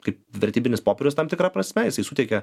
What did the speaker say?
kaip vertybinis popierius tam tikra prasme jisai suteikia